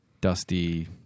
dusty